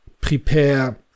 prepare